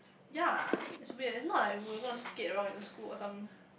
ya is weird it's not like we were gonna skate around in school or some